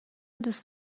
دوست